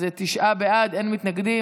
אז תשעה בעד, אין מתנגדים.